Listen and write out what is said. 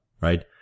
right